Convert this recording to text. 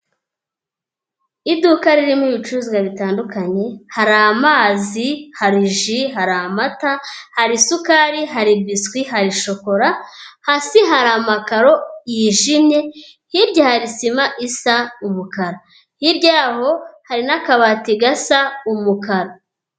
Iduka ririmo ibicuruzwa bitandukanye hari amazi, hari ji, hari amata, hari isukari, hari biswi, hari shokora, hasi hari amakaro yijimye hirya hari sima isa umukara hiryayaho hari n'akabati gasa umukara.